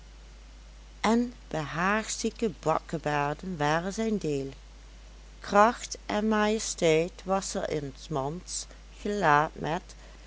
en behaagzieke bakkebaarden waren zijn deel kracht en majesteit was er in s mans gelaat met